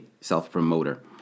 self-promoter